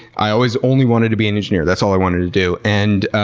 i always only wanted to be an engineer, that's all i wanted to do. and